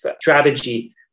strategy